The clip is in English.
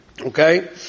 okay